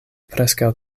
preskaŭ